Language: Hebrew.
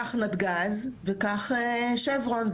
כך נתגז וכך שברון.